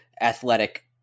athletic